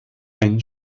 ein